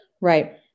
Right